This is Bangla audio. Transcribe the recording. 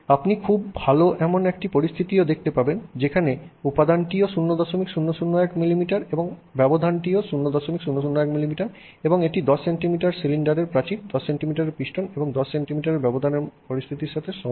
আপনি খুব ভাল এমন একটি পরিস্থিতিও দেখতে পাবেন যেখানে উপাদানটিও 0001 মিলিমিটার এবং ফাঁকটিও 0001 মিলিমিটার এবং এটি 10 সেন্টিমিটার সিলিন্ডার প্রাচীর 10 সেন্টিমিটার পিস্টন এবং 10 সেন্টিমিটারের মধ্যে ব্যবধানের পরিস্থিতির সাথে সমান